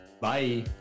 Bye